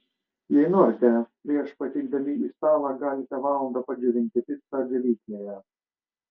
jei norite prieš pateikdami į stalą galite valandą padžiovinti picą džiovyklėje